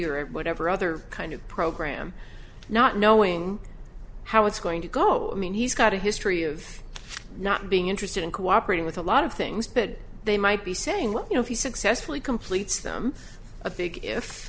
or whatever other kind of program not knowing how it's going to go i mean he's got a history of not being interested in cooperating with a lot of things but they might be saying well you know he successfully completes them a big if